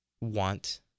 want